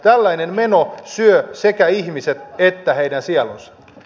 tällainen meno syö sekä ihmiset että heidän sielunsa